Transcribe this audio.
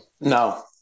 No